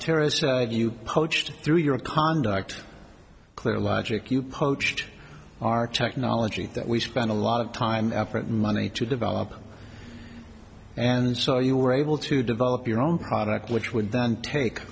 terrorists you poached through your conduct clear logic you poached our technology that we spent a lot of time effort money to develop and so you were able to develop your own product which would then take